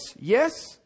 yes